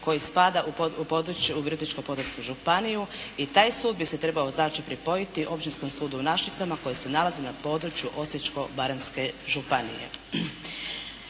koji spada u područje u Virovitičko-podravsku županiju i taj sud bi se trebao znači pripojiti Općinskom sudu u Našicama koji se nalazi na području Osječko-baranjske županije.